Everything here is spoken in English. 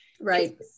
Right